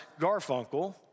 Garfunkel